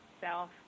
self